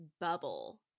bubble